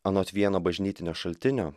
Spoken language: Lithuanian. anot vieno bažnytinio šaltinio